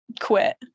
quit